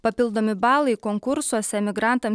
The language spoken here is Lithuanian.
papildomi balai konkursuose emigrantams